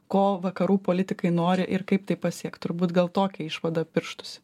ko vakarų politikai nori ir kaip tai pasiekt turbūt gal tokia išvada pirštųsi